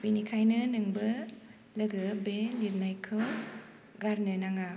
बेनिखायनो नोंबो लोगो बे लिरनायखौ गारनो नाङा